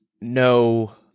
no